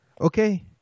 Okay